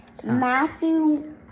Matthew